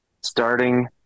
starting